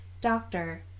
Doctor